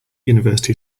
university